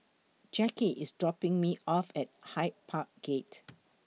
Jacky IS dropping Me off At Hyde Park Gate